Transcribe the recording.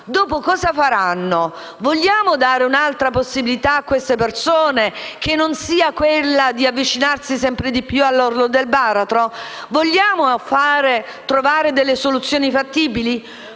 Dopo cosa faranno? Vogliamo dare un'altra possibilità a queste persone, che non sia quella di avvicinarsi sempre più all'orlo del baratro? Vogliamo trovare delle soluzioni fattibili?